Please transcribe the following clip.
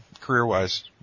career-wise